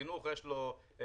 חינוך יש לו מורה,